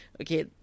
Okay